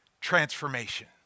transformation